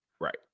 Right